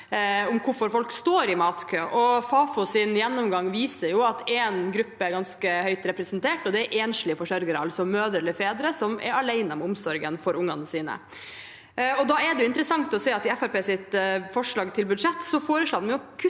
om hvorfor folk står i matkø. Fafos gjennomgang viser at en gruppe er ganske høyt representert, og det er enslige forsørgere, altså mødre eller fedre som er alene om omsorgen for ungene sine. Da er det interessant å se at i Fremskrittspartiets forslag til budsjett foreslår man å kutte